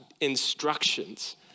instructions